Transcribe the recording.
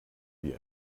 wie